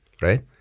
right